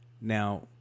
now